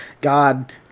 god